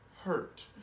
hurt